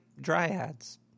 Dryads